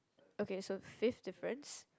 okay so fifth difference